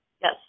Yes